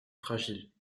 fragiles